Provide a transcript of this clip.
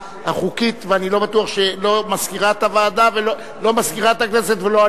החוקית ואני לא בטוח שלא מזכירת הכנסת ולא אני,